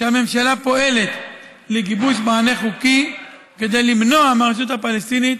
שהממשלה פועלת לגיבוש מענה חוקי כדי למנוע מהרשות הפלסטינית